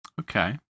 Okay